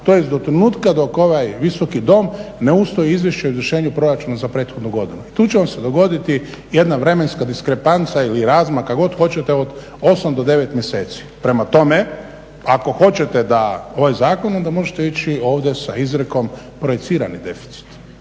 tj. do trenutka dok ovaj Visoki dom … o izvršenja proračuna za prethodnu godinu. I tu će vam se dogoditi jedna vremenska diskrepanca ili razmak kako god hoćete od 8 do 9 mjeseci. Prema tome, ako hoćete da ovaj zakon onda možete ići sa izrekom projicirani deficit,